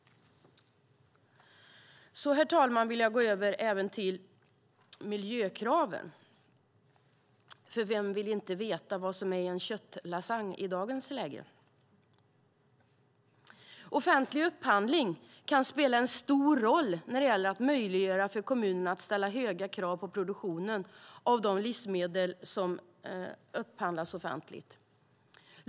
Herr talman! Jag vill gå över till miljökraven. För vem vill inte veta vad som är i en köttlasagne i dagens läge? Offentlig upphandling kan spela en stor roll när det gäller att möjliggöra för kommunerna att ställa höga krav på produktionen av de livsmedel som upphandlas offentligt.